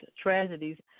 tragedies